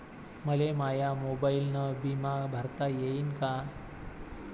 मले माया मोबाईलनं बिमा भरता येईन का?